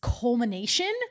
culmination